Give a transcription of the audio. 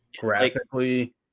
Graphically